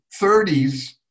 30s